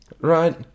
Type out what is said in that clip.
Right